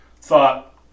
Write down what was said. thought